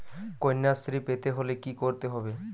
কন্যাশ্রী পেতে হলে কি করতে হবে?